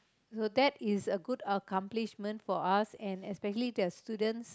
so that is a good accomplishment for us and especially there's students